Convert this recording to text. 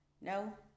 No